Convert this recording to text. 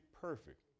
perfect